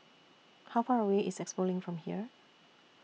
How Far away IS Expo LINK from here